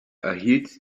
erhielt